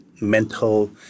mental